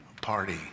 party